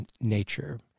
nature